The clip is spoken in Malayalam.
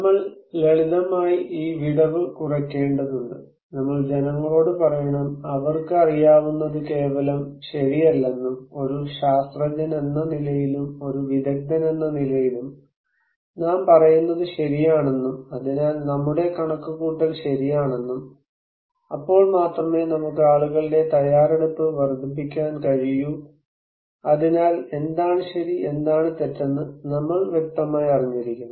നമ്മൾ ലളിതമായി ഈ വിടവ് കുറയ്ക്കേണ്ടതുണ്ട് നമ്മൾ ജനങ്ങളോട് പറയണം അവർക്ക് അറിയാവുന്നത് കേവലം ശരിയല്ലെന്നും ഒരു ശാസ്ത്രജ്ഞനെന്ന നിലയിലും ഒരു വിദഗ്ദ്ധനെന്ന നിലയിലും നാം പറയുന്നത് ശരിയാണെന്നും അതിനാൽ നമ്മുടെ കണക്കുകൂട്ടൽ ശരിയാണെന്നും അപ്പോൾ മാത്രമേ നമുക്ക് ആളുകളുടെ തയ്യാറെടുപ്പ് വർദ്ധിപ്പിക്കാൻ കഴിയൂ അതിനാൽ എന്താണ് ശരി എന്താണ് തെറ്റെന്ന് നമ്മൾ വ്യക്തമായി അറിഞ്ഞിരിക്കണം